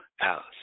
Alice